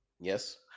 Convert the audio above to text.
Yes